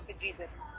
Jesus